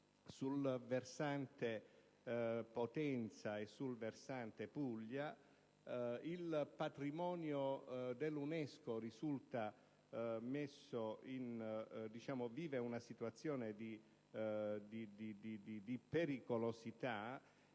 sul versante Potenza e sul versante Puglia; il patrimonio dell'UNESCO risulta messo in una situazione di pericolosità,